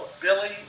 Billy